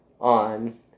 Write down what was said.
on